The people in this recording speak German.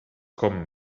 komm